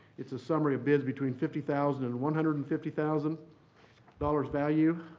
it's a summary of bids between fifty thousand and one hundred and fifty thousand dollars value.